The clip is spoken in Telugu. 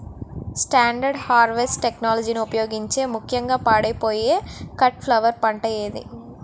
స్టాండర్డ్ హార్వెస్ట్ టెక్నాలజీని ఉపయోగించే ముక్యంగా పాడైపోయే కట్ ఫ్లవర్ పంట ఏది?